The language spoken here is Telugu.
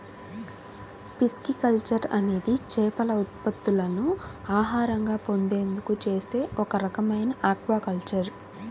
పిస్కికల్చర్ అనేది చేపల ఉత్పత్తులను ఆహారంగా పొందేందుకు చేసే ఒక రకమైన ఆక్వాకల్చర్